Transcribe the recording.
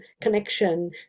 connection